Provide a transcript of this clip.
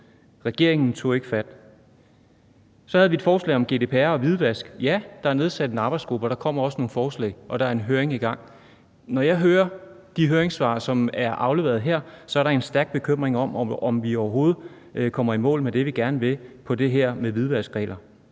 Regeringen tog ikke fat. Så havde vi et forslag om GDPR og hvidvask. Ja, der er nedsat en arbejdsgruppe, og der kommer også nogle forslag, og der er en høring i gang. Når jeg læser de høringssvar, som er afleveret her, er der en stærk bekymring for, om vi overhovedet kommer i mål med det, vi gerne vil, i forhold til det her om hvidvaskregler.